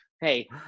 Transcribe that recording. Hey